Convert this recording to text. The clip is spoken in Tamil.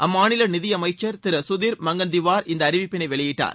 அம்மாநில நிதியமைச்சர் திரு சுதிர் மங்கன்திவார் இந்த அறிவிப்பிளை வெளியிட்டார்